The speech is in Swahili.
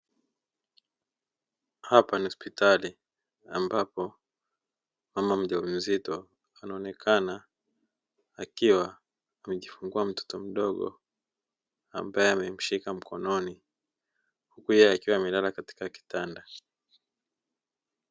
Hapa ni hospitali ambapo mama mjamzito anaonekana akiwa amejifungua mtoto mdogo, ambaye ameshika mkononi huku yeye akiwa amelala katika kitanda.